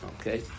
Okay